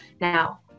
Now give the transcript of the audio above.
Now